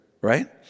right